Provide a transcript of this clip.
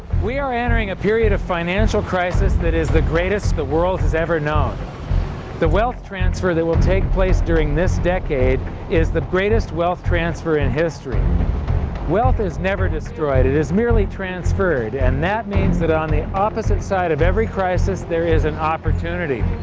we are entering a period of financial crisis that is the greatest the world has ever known the wealth transfer that will take place during this decade is the greatest wealth transfer in history wealth is never destroyed it is merely transferred, and that means that on the opposite side of every crisis there is an opportunity.